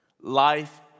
life